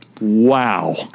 wow